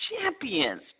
champions